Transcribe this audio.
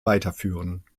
weiterführen